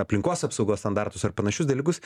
aplinkos apsaugos standartus ar panašius dalykus